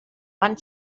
van